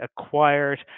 acquired